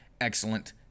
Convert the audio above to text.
excellent